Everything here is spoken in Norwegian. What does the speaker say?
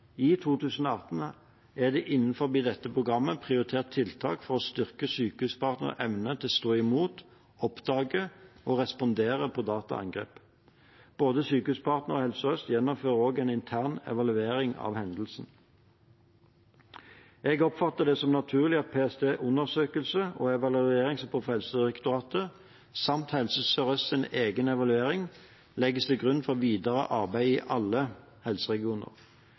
I 2018 er det innenfor dette programmet prioritert tiltak for å styrke Sykehuspartners evne til å stå imot, oppdage og respondere på dataangrep. Både Sykehuspartner og Helse Sør-Øst gjennomfører også en intern evaluering av hendelsen. Jeg oppfatter det som naturlig at PSTs undersøkelser og evalueringsrapport fra Helsedirektoratet, samt Helse Sør-Østs egen evaluering, legges til grunn for videre arbeid i alle helseregioner.